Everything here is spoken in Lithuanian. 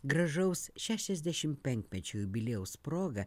gražaus šešiasdešim penkmečio jubiliejaus proga